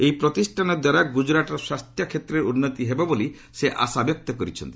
ଏହି ପ୍ରତିଷ୍ଠାନ ଦ୍ୱାରା ଗୁଜରାଟର ସ୍ୱାସ୍ଥ୍ୟ କ୍ଷେତ୍ରରେ ଉନ୍ନତି ହେବ ବୋଲି ସେ ଆଶା ବ୍ୟକ୍ତ କରିଛନ୍ତି